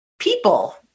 people